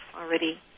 already